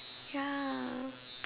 ya